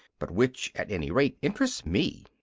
but which, at any rate, interests me.